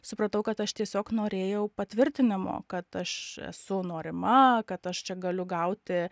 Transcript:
supratau kad aš tiesiog norėjau patvirtinimo kad aš esu norima kad aš čia galiu gauti